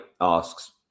asks